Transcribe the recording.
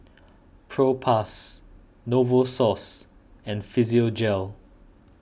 Propass Novosource and Physiogel